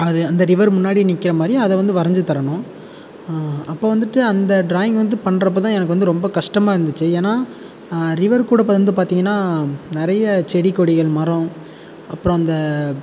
அது அந்த ரிவர் முன்னாடி நிற்கிறமாதிரி அதை வந்து வரைஞ்சி தரணும் அப்போ வந்துட்டு அந்த டிராயிங் வந்து பண்றப்போதான் எனக்கு வந்து ரொம்ப கஷ்டமா இருந்துச்சு ஏன்னா ரிவர் கூட வந்து பார்த்திங்கன்னா நிறைய செடி கொடிகள் மரம் அப்புறம் அந்த